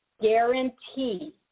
guarantee